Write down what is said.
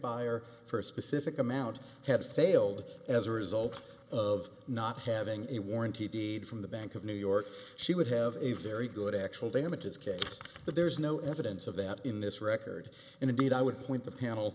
buyer for a specific amount had failed as a result of not having a warranty deed from the bank of new york she would have a very good actual damages case but there's no evidence of that in this record and indeed i would point the panel